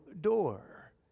door